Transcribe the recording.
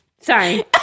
sorry